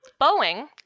Boeing